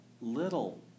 Little